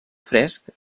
fresc